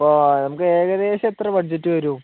അപ്പോൾ നമുക്ക് ഏകദേശം എത്ര ബഡ്ജറ്റ് വരും